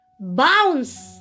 Bounce